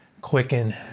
quicken